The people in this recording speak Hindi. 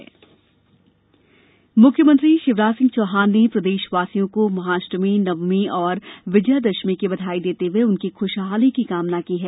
दशहरा अवकाश मुख्यमंत्री शिवराज सिंह चौहान ने प्रदेशवासियों को महाअष्टमी नवमीं और विजयादशमी की बधाई देते हुए उनकी खुशहाली की कामना की हैं